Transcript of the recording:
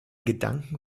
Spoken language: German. gedanken